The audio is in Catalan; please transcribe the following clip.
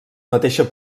mateixa